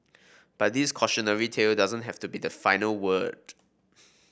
but this cautionary tale doesn't have to be the final word